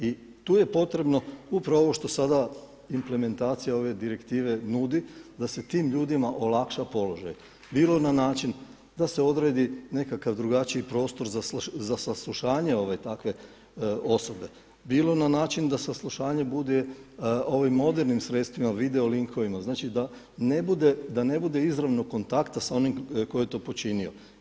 I tu je potrebno upravo ovo što sada implementacija ove direktive nudi da se tim ljudima olakša položaj, bilo na način da se odredi nekakav drugačiji prostor za saslušanje takve osobe, bilo na način da saslušanje bude ovim modernim sredstvima, video linkovima, znači da ne bude izravnog kontakta sa onim tko je to počinio.